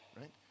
right